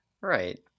right